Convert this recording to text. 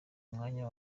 mwanya